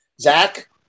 Zach